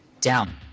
down